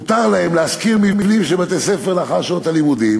מותר להם להשכיר מבנים של בתי-ספר לאחר שעות הלימודים